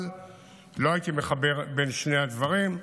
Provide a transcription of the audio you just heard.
אבל לא הייתי מחבר בין שני הדברים.